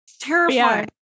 terrifying